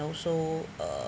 also uh